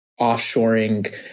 offshoring